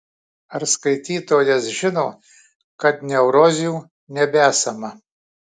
ar skaitytojas žino kad neurozių nebesama